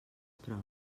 prop